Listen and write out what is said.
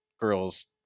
girls